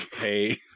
pay